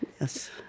Yes